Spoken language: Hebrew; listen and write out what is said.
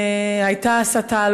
הייתה הסתה,